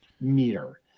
meter